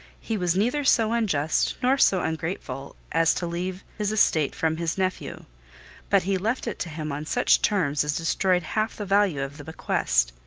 he was neither so unjust, nor so ungrateful, as to leave his estate from his nephew but he left it to him on such terms as destroyed half the value of the bequest.